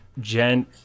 gent